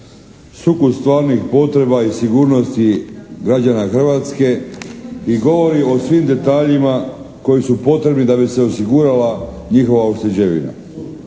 sukus onih potreba i sigurnosti građana Hrvatske i govori o svim detaljima koji su potrebni da bi se osigurala njihova ušteđevina